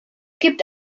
gibt